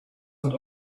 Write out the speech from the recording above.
not